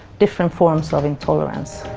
different forms of intolerance.